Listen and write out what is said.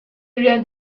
rian